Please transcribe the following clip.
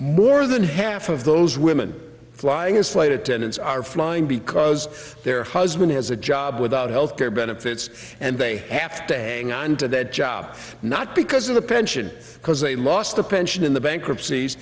more than half of those women flying his flight attendants are flying because their husband has a job without health care benefits and they have to hang on to that job not because of the pension because they lost a pension in the bankruptcy